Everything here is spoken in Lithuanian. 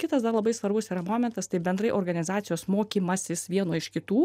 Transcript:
kitas dar labai svarbus yra momentas tai bendrai organizacijos mokymasis vieno iš kitų